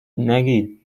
نگید